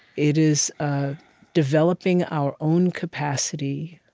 it is developing our own capacity